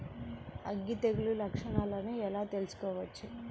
అగ్గి తెగులు లక్షణాలను ఎలా తెలుసుకోవచ్చు?